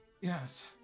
Yes